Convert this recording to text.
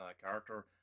character